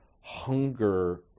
hunger